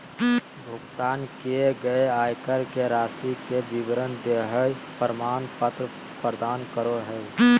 भुगतान किए गए आयकर के राशि के विवरण देहइ प्रमाण पत्र प्रदान करो हइ